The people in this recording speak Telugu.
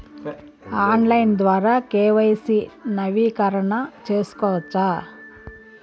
ఆన్లైన్ ద్వారా కె.వై.సి నవీకరణ సేసుకోవచ్చా?